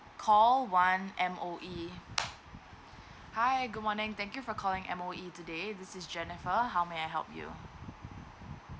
call one M_O_E hi good morning thank you for calling M_O_E today this is jennifer how may I help you